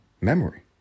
memory